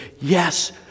yes